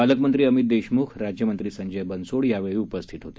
पालकमंत्री अमित देशम्ख राज्य मंत्री संजय बनसोडे यावेळी उपस्थित होते